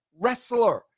wrestler